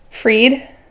Freed